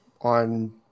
on